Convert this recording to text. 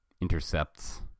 intercepts